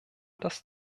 das